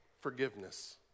forgiveness